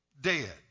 dead